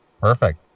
Perfect